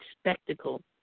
spectacle